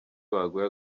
baguye